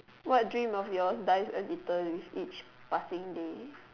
what dream of yours dies a little with each passing day